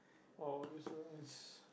or is a is